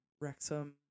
Wrexham